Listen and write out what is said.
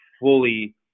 fully